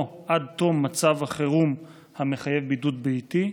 עד תום מצב החירום המחייב בידוד ביתי,